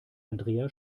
andrea